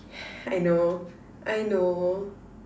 I know I know